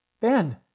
Ben